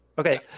Okay